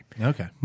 Okay